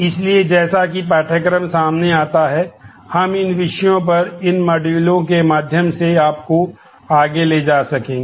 इसलिए जैसा कि पाठ्यक्रम सामने आता है हम इन विषयों पर इन मॉड्यूलों के माध्यम से आपको आगे ले जा सकेंगे